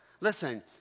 Listen